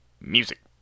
Music